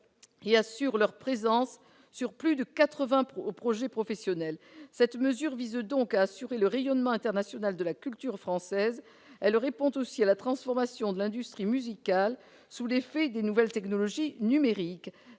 et assure leur présence sur plus de 80 projets professionnels. Cette mesure vise donc à assurer le rayonnement international de la culture française. Elle répond aussi à la transformation de l'industrie musicale, sous l'effet des nouvelles technologies numériques.